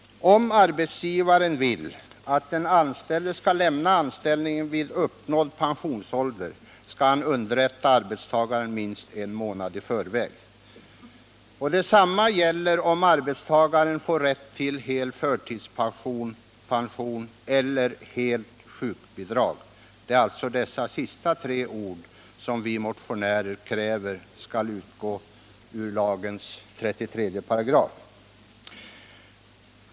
Om arbetsgivaren vill att den anställde skall lämna anställningen vid uppnådd pensionsålder, skall han underrätta arbetstagaren minst en månad i förväg, heter det i lagen. Detsammma gäller, om arbetstagaren får rätt till hel förtidspension eller helt sjukbidrag. Det är alltså dessa sista tre ord som vi motionärer kräver skall utgå ur lagens 33 §.